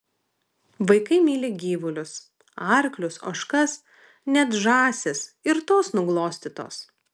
vaikai myli gyvulius arklius ožkas net žąsys ir tos nuglostytos